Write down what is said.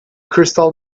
crystal